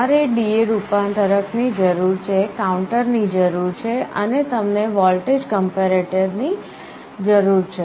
તમારે DA રૂપાંતરક ની જરૂર છે તમારે કાઉન્ટરની જરૂર છે અને તમને વોલ્ટેજ કમ્પેરેટરની જરૂર છે